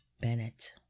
Bennett